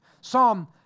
Psalm